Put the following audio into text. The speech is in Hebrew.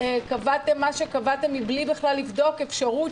שקבעתם מה שקבעתם מבלי בכלל לבדוק אפשרות